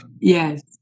Yes